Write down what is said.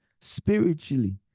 spiritually